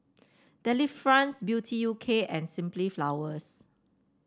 Delifrance Beauty U K and Simply Flowers